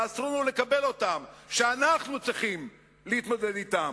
שאסור לנו לקבל אותן, שאנחנו צריכים להתמודד אתן.